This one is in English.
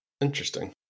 Interesting